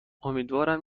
امیدوارم